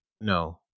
no